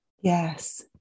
yes